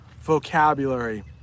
vocabulary